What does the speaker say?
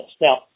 Now